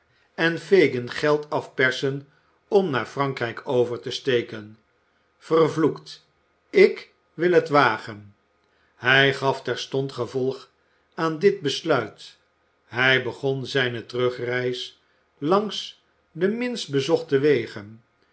en fagin geld afpersen om naar frankrijk over te steken vervloektl ik wil het wagen hij gaf terstond gevolg aan dit besluit hij begon zijne terugreis langs de minst bezochte wegen